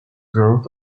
growth